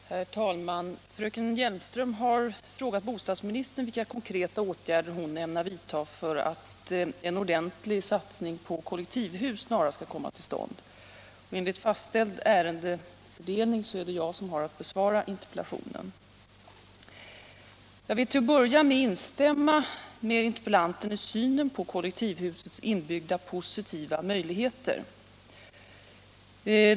Herr talman! Fröken Hjelmström har frågat bostadsministern vilka konkreta åtgärder hon ämnar vidta för att en ordentlig satsning på kollektivhus snarast skall komma till stånd. Enligt fastställd ärendefördelning är det jag som har att besvara interpellationen. Jag vill till att börja med instämma med interpellanten i synen på kollektivhusets inbyggda positiva möjligheter.